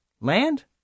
Land